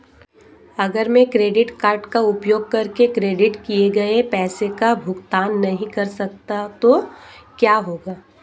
अगर मैं credit card का उपयोग करके क्रेडिट किए गए पैसे का भुगतान नहीं कर सकता तो क्या होगा?